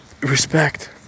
Respect